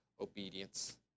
obedience